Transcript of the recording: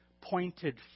pointed